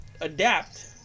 Adapt